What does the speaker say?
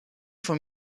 for